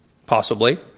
possibly.